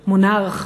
מונרך.